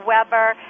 Weber